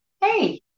Hey